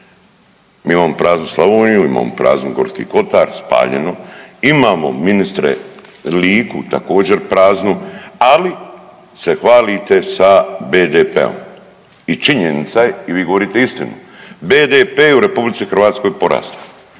Mi imamo praznu Slavoniju, imamo prazni Gorski kotar, spaljeno. Imamo ministre Liku također praznu ali se hvalite sa BDP-om. I činjenica je i vi govorite istinu, BDP je u RH porastao.